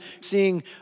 seeing